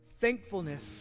thankfulness